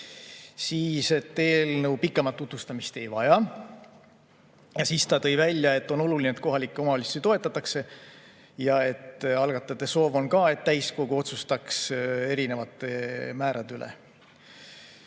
siis et eelnõu pikemat tutvustamist ei vaja. Siis ta tõi välja, et on oluline, et kohalikke omavalitsusi toetatakse, ja et algatajate soov on, et täiskogu otsustaks erinevate määrade üle.